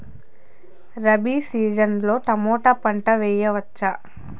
Rabi season లో tomato పంట వేయవచ్చా?